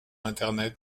internet